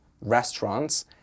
restaurants